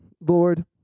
lord